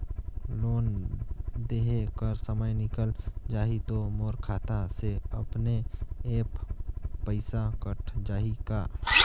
Loan देहे कर समय निकल जाही तो मोर खाता से अपने एप्प पइसा कट जाही का?